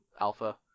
alpha